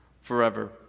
forever